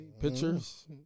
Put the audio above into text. Pictures